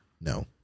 No